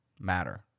matter